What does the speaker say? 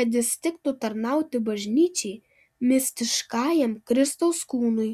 kad jis tiktų tarnauti bažnyčiai mistiškajam kristaus kūnui